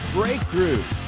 breakthrough